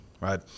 right